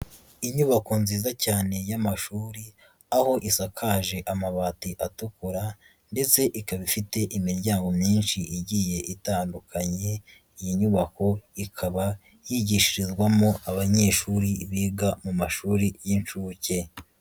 Inyubako nziza cyane y'amashuri, aho isakaje amabati atukura ndetse ikaba ifite imiryango myinshi igiye itandukanye, iyi nyubako ikaba yigishirizwamo abanyeshuri biga mu mashuri y'inshuke.